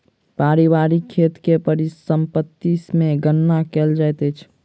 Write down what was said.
पारिवारिक खेत के परिसम्पत्ति मे गणना कयल जाइत अछि